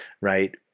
right